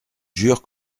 jure